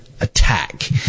attack